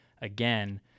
again